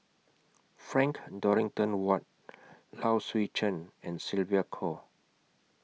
Frank Dorrington Ward Low Swee Chen and Sylvia Kho